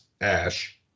Ash